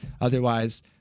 Otherwise